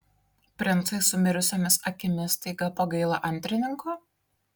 princui su mirusiomis akimis staiga pagailo antrininko